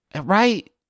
right